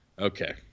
Okay